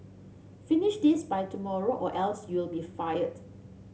finish this by tomorrow or else you'll be fired